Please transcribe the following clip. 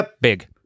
big